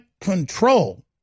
control